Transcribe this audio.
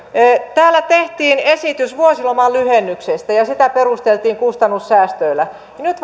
täällä tehtiin esitys vuosiloman lyhennyksestä ja ja sitä perusteltiin kustannussäästöillä nyt